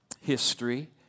history